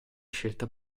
scelta